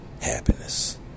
Happiness